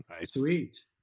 Sweet